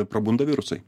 prabunda virusai